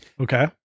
Okay